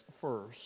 first